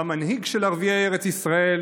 המנהיג של ערביי ארץ ישראל